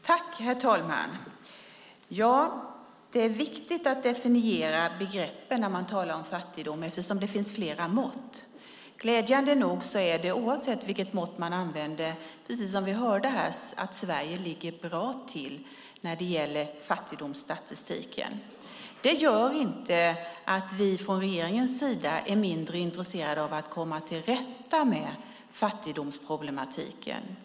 Herr talman! Det är viktigt att definiera begreppen när man talar om fattigdom, eftersom det finns flera mått. Glädjande nog är det dock så att Sverige oavsett vilket mått man använder ligger bra till när det gäller fattigdomsstatistiken, precis som vi hörde här. Det gör inte att vi från regeringens sida är mindre intresserade av att komma till rätta med fattigdomsproblematiken.